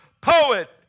poet